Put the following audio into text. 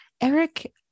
Eric